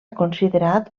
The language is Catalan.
considerat